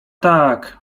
tak